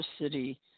city